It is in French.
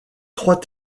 trois